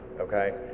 Okay